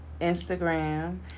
Instagram